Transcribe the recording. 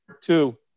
two